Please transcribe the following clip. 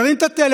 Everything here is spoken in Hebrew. ירים את הטלפון,